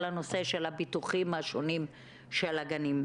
הנושא של הביטוחים השונים של הגנים,